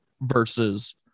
versus